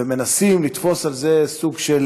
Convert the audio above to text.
ומנסים לתפוס על זה סוג של,